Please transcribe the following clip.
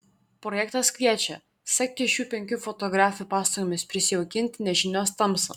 projektas kviečia sekti šių penkių fotografių pastangomis prisijaukinti nežinios tamsą